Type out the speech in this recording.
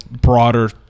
broader